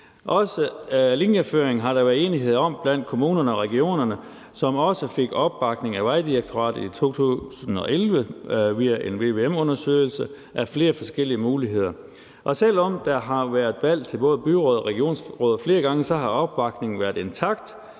Også linjeføringen har der været enighed om blandt kommunerne og regionerne, som også fik opbakning af Vejdirektoratet i 2011 via en vvm-undersøgelse af flere forskellige muligheder, og selv om der har været valg til både byråd og regionsråd flere gange, har opbakningen til det